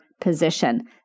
position